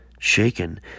Shaken